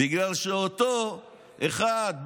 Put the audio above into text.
בגלל שאותו אחד,